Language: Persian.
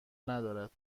ندارد